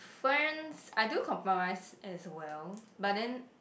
friends I do compromise as well but then